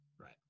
Right